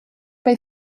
bei